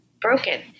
broken